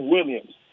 Williams